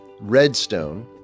Redstone